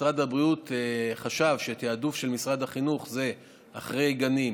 משרד הבריאות חשב שתעדוף של משרד החינוך זה שאחרי גנים